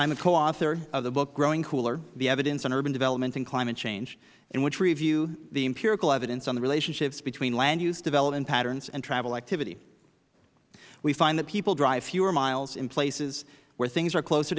of the book growing cooler the evidence on urban development and climate change in which we review the empirical evidence on the relationships between land use development patterns and travel activity we find that people drive fewer miles in places where things are closer